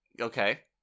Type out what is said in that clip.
Okay